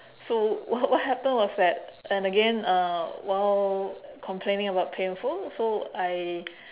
so what what happened was that and again uh while complaining about painful so I